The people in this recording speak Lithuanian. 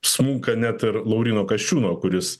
smunka net ir lauryno kasčiūno kuris